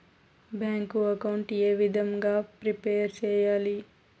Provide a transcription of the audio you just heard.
Bank account ఏ విధంగా prepare సెయ్యాలి?